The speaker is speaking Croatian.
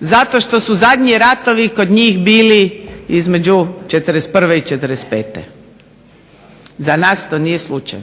zato što su zadnji ratovi kod njih bili između '41. i '45. Za nas to nije slučaj.